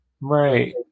right